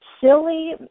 silly